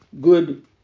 good